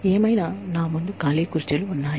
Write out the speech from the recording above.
ఏమైనా నా ముందు ఖాళీ కుర్చీలు ఉన్నాయి